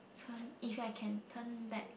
turn if I can turn back